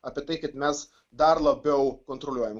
apie tai kad mes dar labiau kontroliuojam